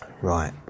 Right